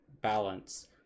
balance